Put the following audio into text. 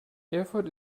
erfurt